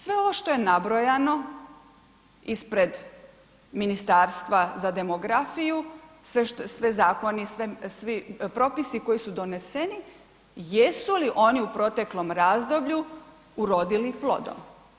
Sve ovo što je nabrojano ispred Ministarstva za demografij, sve zakoni, svi propisi koji su doneseni, jesu li oni u proteklom razdoblju urodili plodom?